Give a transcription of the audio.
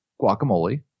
guacamole